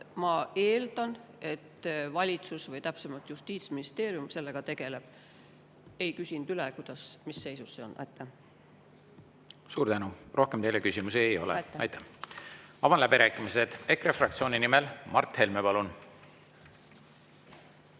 Ma eeldan, et valitsus või täpsemalt Justiitsministeerium sellega tegeleb. Ma ei küsinud üle, mis seisus see on. Suur tänu! Rohkem teile küsimusi ei ole. Avan läbirääkimised. EKRE fraktsiooni nimel Mart Helme, palun!